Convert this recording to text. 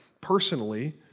personally